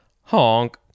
honk